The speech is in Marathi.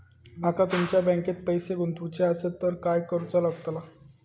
माका तुमच्या बँकेत पैसे गुंतवूचे आसत तर काय कारुचा लगतला?